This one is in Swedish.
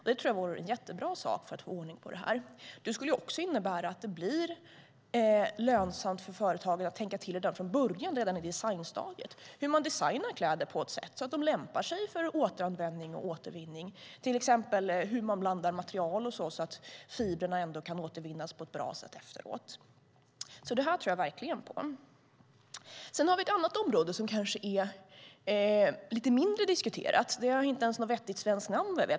Det tror jag vore jättebra för att få ordning på detta. Det skulle också innebära att det blir lönsamt för företag att tänka till redan från början, på designstadiet, hur man designar kläder på ett sätt så att de lämpar sig för återanvändning och återvinning, till exempel hur man blandar material så att fibrerna kan återvinnas på ett bra sätt efteråt. Det tror jag verkligen på. Vi har ett annat område som kanske är lite mindre diskuterat. Det har vad jag vet inte ens något vettigt namn.